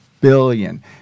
billion